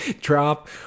drop